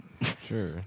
Sure